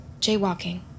jaywalking